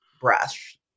brush